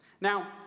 Now